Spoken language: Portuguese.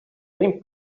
bem